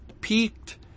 peaked